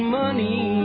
money